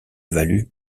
valu